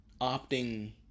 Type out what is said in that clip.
opting